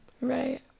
Right